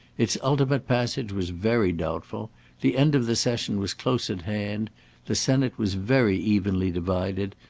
its ultimate passage was very doubtful the end of the session was close at hand the senate was very evenly divided,